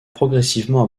progressivement